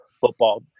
football